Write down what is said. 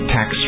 Tax